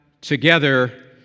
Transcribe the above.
together